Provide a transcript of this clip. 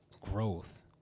growth